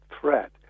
threat